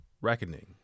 reckoning